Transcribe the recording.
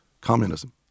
communism